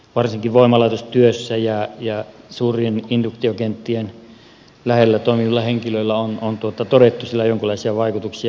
varsinkin voimalaitostyössä ja suurien induktiokenttien lähellä toimivilla henkilöillä on todettu sillä olevan jonkinlaisia vaikutuksia